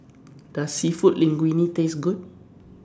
Does Seafood Linguine Taste Good